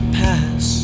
pass